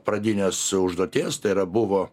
pradinės užduoties tai yra buvo